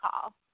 call